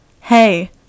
hey